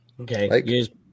Okay